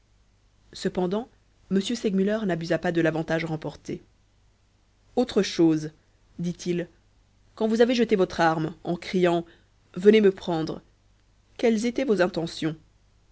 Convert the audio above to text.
cependant m segmuller n'abusa pas de l'avantage remporté autre chose dit-il quand vous avez jeté votre arme en criant venez me prendre quelles étaient vos intentions